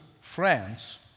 France